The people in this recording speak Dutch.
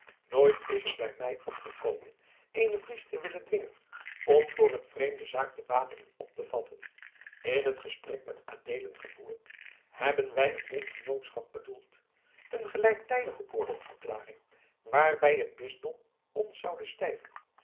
nooit is het bij mij opgekomen eenen fries te willen dwingen om voor een vreemde zaak de wapens op te vatten in het gesprek met adeelen gevoerd hebben wij een bondgenootschap bedoeld een gelijktijdige oorlogsverklaring waarbij het bisdom ons zoude stijven